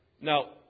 Now